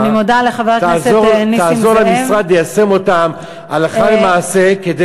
תעזור למשרד ליישם אותן הלכה למעשה כדי